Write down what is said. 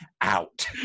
out